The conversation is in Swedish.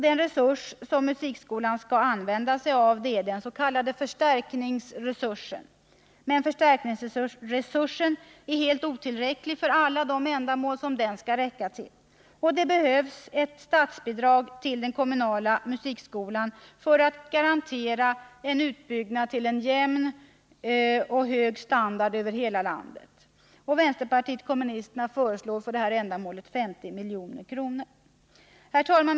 Den resurs som musikskolan skall använda är den s.k. förstärkningsresursen. Men förstärkningsresursen är helt otillräcklig för alla de ändamål som den skall räcka till. Det behövs ett statsbidrag till den kommunala musikskolan för att garantera en utbyggnad till hög och jämn standard över hela landet. Vänsterpartiet kommunisterna föreslår för detta ändamål 50 milj.kr. Herr talman!